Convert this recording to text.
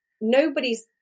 nobody's